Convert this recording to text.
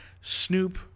snoop